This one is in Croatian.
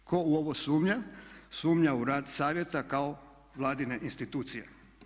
Tko u ovo sumnja, sumnja u rad Savjeta kao Vladine institucije.